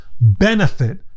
benefit